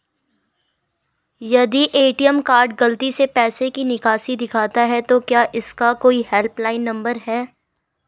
यदि ATM card गलती से पैसे की निकासी दिखाता है तो क्या इसका कोई हेल्प लाइन नम्बर है?